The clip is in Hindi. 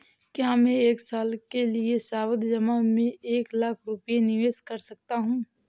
क्या मैं एक साल के लिए सावधि जमा में एक लाख रुपये निवेश कर सकता हूँ?